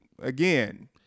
again